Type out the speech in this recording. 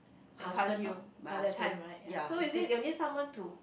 encourage you uh that time right ya so is it you need someone to